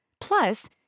Plus